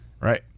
right